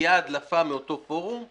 מגיעה הדלפה מאותו פורום,